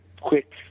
quick